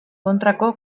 kontrako